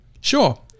Sure